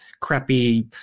crappy